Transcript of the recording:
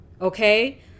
okay